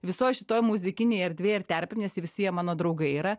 visoj šitoj muzikinėj erdvėj ir terpėj nes jie visi jie mano draugai yra